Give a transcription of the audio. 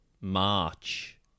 march